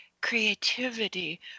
creativity